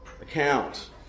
account